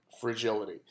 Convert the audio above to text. Fragility